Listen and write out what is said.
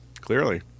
clearly